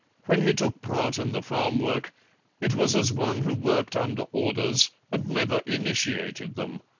when he took part in the farm-work it was as one who worked under orders and never initiated them.